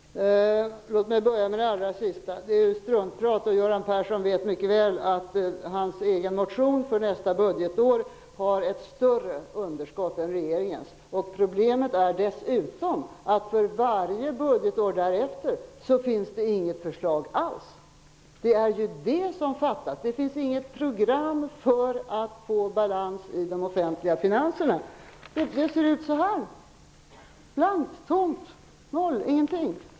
Herr talman! Låt med börja med det sista Göran Persson tog upp. Det var struntprat. Göran Persson vet mycket väl att hans egen motion angående nästa budgetår innebär ett större underskott än enligt regeringens förslag. Problemet är dessutom att det inte för ett enda budgetår därefter finns något förslag. Det saknas helt. Det finns inget program för att få balans i de offentliga finanserna. Så här tomt och blankt ser det ut! Det innehåller noll och ingenting.